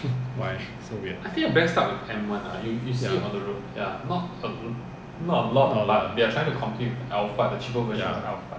why so weird ya not a lot ah ya